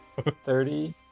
Thirty